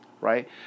right